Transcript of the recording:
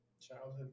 Childhood